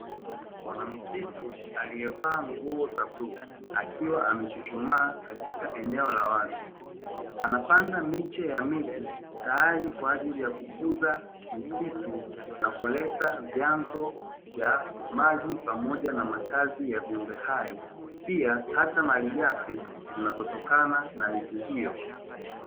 Mwanamisitu aliyevaa nguo za blue akiwa amechuchumaa katika eneo la wazi. Anapanda miche ya miti tayari kwa ajili ya kukuza misitu nakuleta vyanzo vya maji pamoja na makazi ya viumbe hai, pia hata malighafi zinazotokana na miti hiyo.